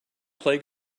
played